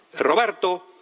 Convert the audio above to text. roberto,